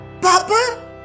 Papa